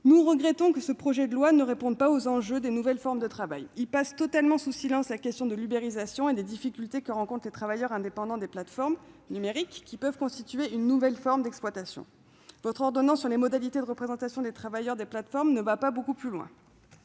Nous regrettons que ce projet de loi ne réponde pas aux enjeux des nouvelles formes de travail. Il passe totalement sous silence la question de l'« ubérisation » et des difficultés que rencontrent les travailleurs indépendants des plateformes numériques, qui peuvent constituer une nouvelle forme d'exploitation. Votre ordonnance sur les modalités de représentation des travailleurs des plateformes ne va pas beaucoup plus loin.